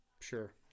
sure